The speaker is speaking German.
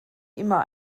immer